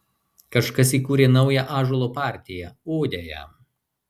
kažkas įkūrė naują ąžuolo partiją odę jam